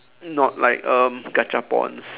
not like um gachapons